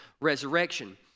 resurrection